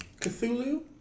Cthulhu